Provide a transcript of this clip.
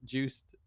Juiced